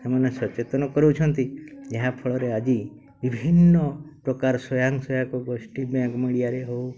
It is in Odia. ସେମାନେ ସଚେତନ କରାଉଛନ୍ତି ଯାହାଫଳରେ ଆଜି ବିଭିନ୍ନ ପ୍ରକାର ସ୍ୱୟଂ ସହାୟକ ଗୋଷ୍ଠୀ ବ୍ୟାଙ୍କ୍ ମିଡ଼ିଆରେ ହେଉ